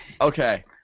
Okay